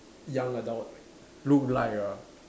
young adult look like ah